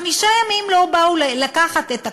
חמישה ימים לא באו לקחת את הקוף,